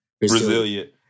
resilient